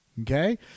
Okay